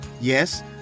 Yes